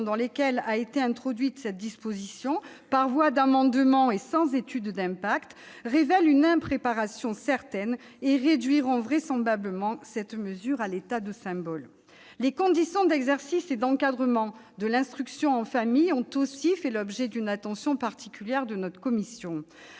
dans lesquelles a été introduite cette disposition, par voie d'amendement et sans étude d'impact, révèlent une impréparation certaine et réduiront vraisemblablement cette mesure à l'état de symbole. Les conditions d'exercice et d'encadrement de l'instruction en famille ont aussi fait l'objet d'une attention particulière de notre commission.